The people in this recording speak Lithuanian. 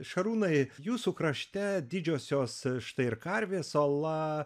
šarūnai jūsų krašte didžiosios štai ir karvės ola